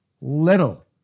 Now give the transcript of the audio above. Little